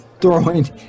throwing